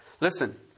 Listen